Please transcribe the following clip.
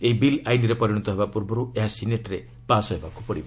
ଏହି ବିଲ୍ ଆଇନ୍ରେ ପରିଣତ ହେବା ପୂର୍ବରୁ ଏହା ସିନେଟ୍ରେ ପାଶ୍ ହେବାକୁ ପଡ଼ିବ